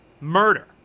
murder